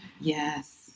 Yes